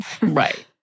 Right